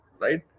right